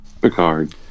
Picard